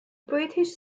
british